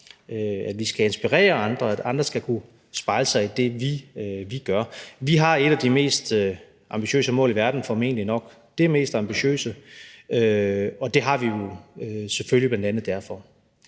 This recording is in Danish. at vi skal inspirere andre, at andre skal kunne spejle sig i det, vi gør. Vi har et af de mest ambitiøse mål i verden, formentlig nok det mest ambitiøse, og det har vi jo selvfølgelig bl.a. derfor.